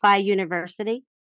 University